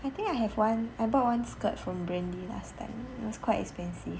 I think I have one I bought one skirt from brandy last time was quite expensive